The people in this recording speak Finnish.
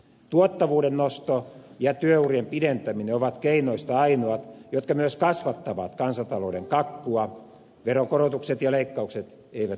tuottavuuden nosto ja työurien pidentäminen ovat keinoista ainoat jotka myös kasvattavat kansantalouden kakkua veronkorotukset ja leikkaukset eivät sitä tekisi